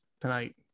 Tonight